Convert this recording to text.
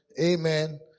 amen